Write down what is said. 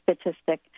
statistic